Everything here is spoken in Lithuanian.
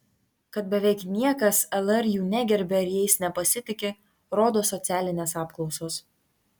kad beveik niekas lr jų negerbia ir jais nepasitiki rodo socialinės apklausos